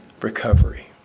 recovery